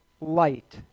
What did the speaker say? light